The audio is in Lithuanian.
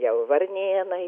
jau varnėnai